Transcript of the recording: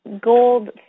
gold